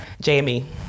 jamie